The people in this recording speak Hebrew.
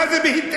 מה זה "בהתאם"?